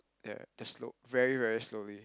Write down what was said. ya they are slow very very slowly